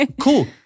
Cool